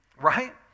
right